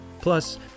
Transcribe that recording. Plus